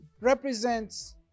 represents